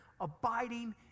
abiding